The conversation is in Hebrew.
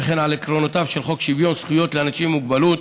וכן על עקרונותיו של חוק שוויון זכויות לאנשים עם מוגבלות,